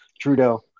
Trudeau